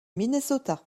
minnesota